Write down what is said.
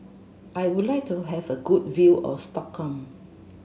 I would like to have a good view of Stockholm